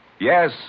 Yes